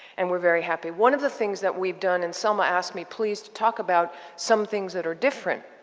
and we're very happy. one of the things that we've done, and selma asked me, please, to talk about some things that are different.